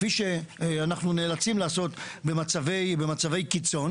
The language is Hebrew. כפי שאנחנו נאלצים לעשות במצבי קיצון.